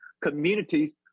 communities